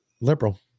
liberal